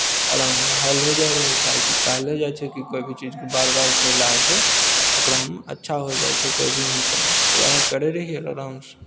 आरामसँ हल हो जाइ रहै काहेकि कहलो जाइ छै कि कोइ भी चीजके बार बार कयलासँ ओकरा हम अच्छा होय जाइ छै कोइ भी इंसान तऽ उएह करै रहियै आरामसँ